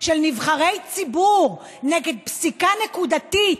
של נבחרי ציבור נגד פסיקה נקודתית,